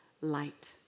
light